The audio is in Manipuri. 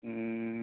ꯎꯝ